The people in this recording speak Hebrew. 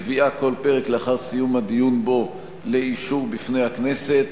מביאה כל פרק לאחר סיום הדיון בו לאישור בפני הכנסת,